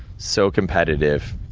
so competitive.